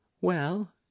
Well